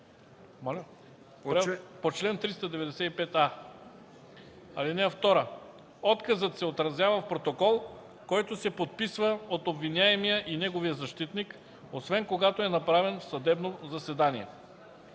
по чл. 395а. (2) Отказът се отразява в протокол, който се подписва от обвиняемия и неговия защитник, освен когато е направен в съдебно заседание.